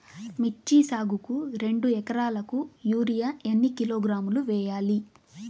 మిర్చి సాగుకు రెండు ఏకరాలకు యూరియా ఏన్ని కిలోగ్రాములు వేయాలి?